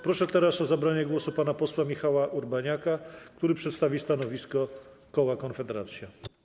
Proszę teraz o zabranie głosu pana posła Michała Urbaniaka, który przedstawi stanowisko koła Konfederacja.